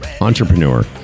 Entrepreneur